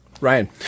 Ryan